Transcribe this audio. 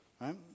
right